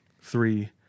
Three